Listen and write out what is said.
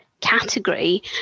category